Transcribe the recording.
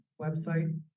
website